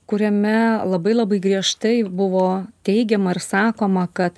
kuriame labai labai griežtai buvo teigiama ir sakoma kad